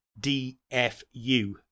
DFU